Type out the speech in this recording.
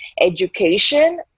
education